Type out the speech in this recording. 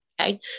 Okay